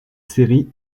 série